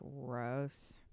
gross